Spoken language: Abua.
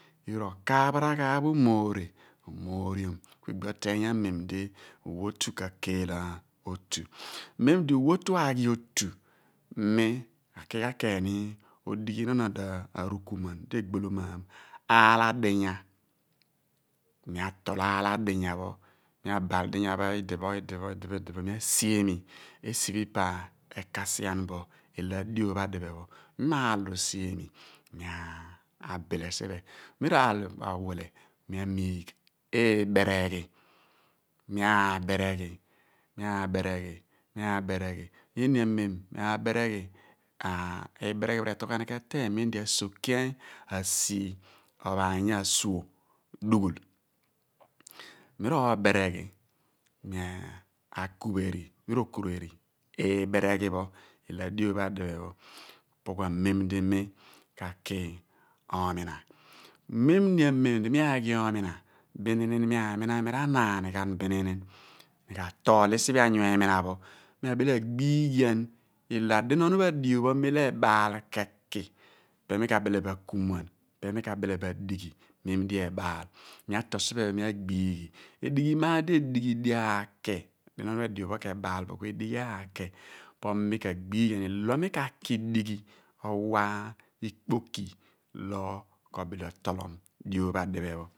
Yoor r'okaaph raghaaph umoore omo oreom ku egbi oteeny mem di uwotu k'akeel otu mem di uwotu aghi otu mi ra ki ghan ni kan kadighi ihnon olo arukumuan di egbolomaam aal adinya mi atol aal adinya ho idipho idipho idipho tutu mi aki asi esi pho epe me kasi bo ilo adio adiphe pho ku mi mo aal osiemi ku mi abile siphe mi mo aal rowile ku mi amigh ibereghi mi abereghi mi aaber eghi ini amem ku mi aabereeghi uni amem ku mi aabereghi ateeny mem di asolieny mateen ophaanya esuogh dughul mi r'ober eghi ku mi akureri m' rokureri ibereghi ilo adio pho adiphe pho opo ku amem di mi ka ki oomina bin ini amem di mi agh oomina ku mi aamna bin mi ra/anaanighan mi ka tol l siphe anyu eemina pho mi abie agbughian ilo adiphori pho adio pho mem lo ebaal ke ki ipe mi kable bo akumuan ipe mi ka bile bo adighi mem lo ebaal mi atol siphe pho agbighi edighi iyaar di edihi dio aake diphori pho adio pho k'ebaa bo ka edighi aake po mi kagbughian ilo mi ka ki dighi awa ikpoki di kibile otolom diopho adiphe pho